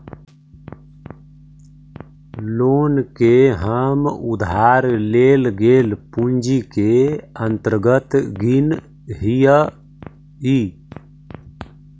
loan के हम उधार लेल गेल पूंजी के अंतर्गत गिनऽ हियई